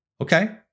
Okay